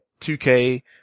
2K